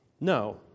No